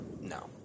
No